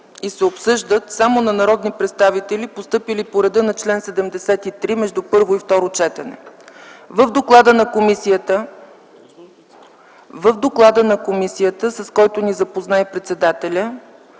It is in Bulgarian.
и се обсъждат само предложения на народни представители, постъпили по реда на чл. 73 между първо и второ четене. В доклада на комисията, с който ни запозна председателят,